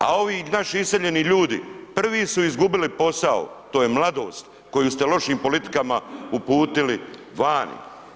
A ovi naši iseljeni ljudi prvi su izgubili posao, to je mladost koju ste lošim politikama uputili vani.